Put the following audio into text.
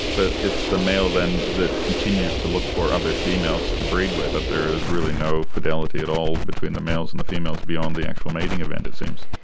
but it's the male then that continues to look for other females to breed with, but there is really no fidelity at all between the males and the females beyond the actual mating event it seems.